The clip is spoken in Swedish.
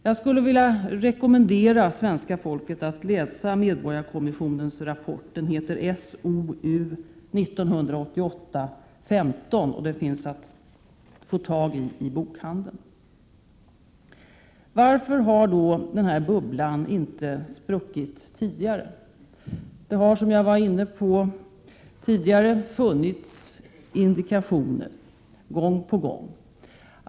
Jag skulle vilja rekommendera svenska folket att läsa medborgarkommissionens rapport, som heter SOU 1988:15 och som finns i bokhandeln. Varför har bubblan då inte spruckit tidigare? Det har, som jag redan varit inne på, funnits indikationer gång på gång.